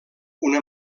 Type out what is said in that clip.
una